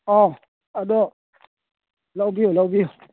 ꯑꯥꯎ ꯑꯗꯣ ꯂꯧꯕꯤꯌꯨ ꯂꯧꯕꯤꯌꯨ